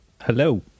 Hello